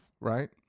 right